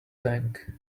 tank